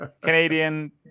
Canadian